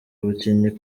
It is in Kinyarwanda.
abakinnyi